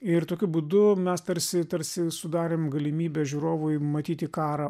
ir tokiu būdu mes tarsi tarsi sudarėm galimybę žiūrovui matyti karą